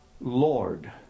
lord